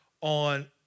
on